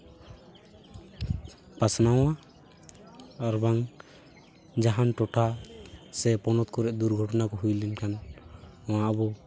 ᱯᱟᱥᱱᱟᱣᱟ ᱟᱨᱵᱟᱝ ᱡᱟᱦᱟᱱ ᱴᱚᱴᱷᱟ ᱥᱮ ᱯᱚᱱᱚᱛ ᱠᱚᱨᱮ ᱫᱩᱨᱜᱷᱚᱴᱚᱱᱟ ᱠᱚ ᱦᱩᱭ ᱞᱮᱱᱠᱷᱟᱱ ᱚᱱᱟ ᱟᱵᱚ